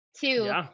two